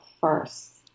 first